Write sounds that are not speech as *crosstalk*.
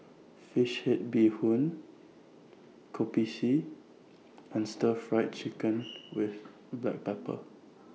Fish Head Bee Hoon Kopi C and Stir Fried Chicken *noise* with Black Pepper